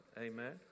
amen